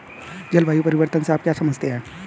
जलवायु परिवर्तन से आप क्या समझते हैं?